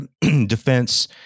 defense